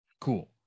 cool